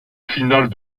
finale